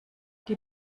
die